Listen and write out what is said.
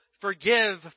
forgive